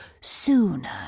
sooner